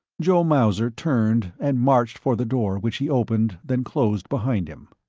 joe mauser turned and marched for the door which he opened then closed behind him.